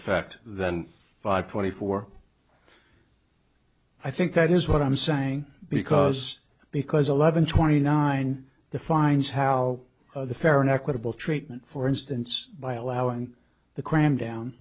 effect than five twenty four i think that is what i'm saying because because eleven twenty nine defines how the fair and equitable treatment for instance by allowing the crime down